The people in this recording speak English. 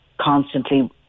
constantly